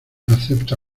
acepta